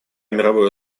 мировое